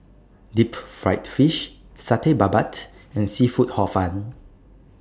Deep Fried Fish Satay Babat and Seafood Hor Fun